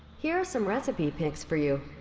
here are some recipe picks for you.